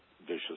vicious